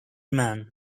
man